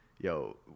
Yo